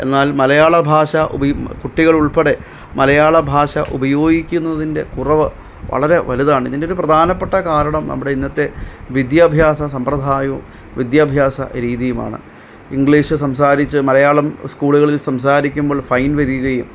എന്നാല് മലയാളഭാഷ ഉപി കുട്ടികള് ഉള്പ്പടെ മലയാളഭാഷ ഉപയോഗിക്കുന്നതിന്റെ കുറവ് വളരെ വലുതാണ് ഇതിനൊരു പ്രധാനപ്പെട്ട കാരണം നമ്മുടെ ഇന്നത്തെ വിദ്യാഭ്യാസ സമ്പ്രദായവും വിദ്യാഭ്യാസ രീതിയുമാണ് ഇങ്ക്ളീഷ് സംസാരിച്ച് മലയാളം സ്കൂളുകളില് സംസാരിക്കുമ്പോള് ഫൈന് വരികയും